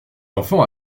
enfants